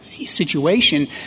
Situation